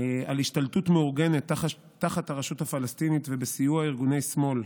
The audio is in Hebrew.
על השתלטות מאורגנת תחת הרשות הפלסטינית ובסיוע ארגוני שמאל,